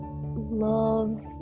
love